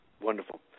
Wonderful